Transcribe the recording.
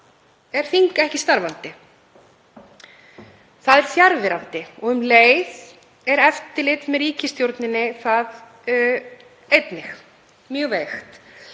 er þing ekki starfandi. Það er fjarverandi, og um leið er eftirlit með ríkisstjórninni það einnig, mjög veikt.